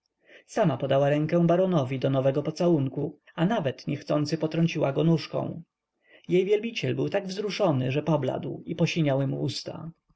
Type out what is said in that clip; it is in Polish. sama podała rękę baronowi do nowego pocałunku a nawet niechcący potrąciła go nóżką jej wielbiciel był tak wzruszony że pobladł i posiniały mu usta